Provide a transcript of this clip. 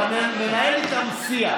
אתה מנהל איתם שיח.